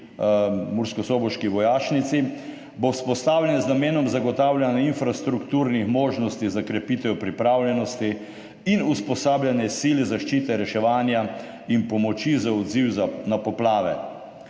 murskosoboški vojašnici, bo vzpostavljen z namenom zagotavljanja infrastrukturnih možnosti za krepitev pripravljenosti in usposabljanje sil zaščite, reševanja in pomoči za odziv na poplave